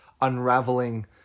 unraveling